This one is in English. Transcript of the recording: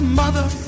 mother